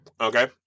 okay